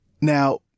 Now